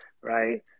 right